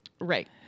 Right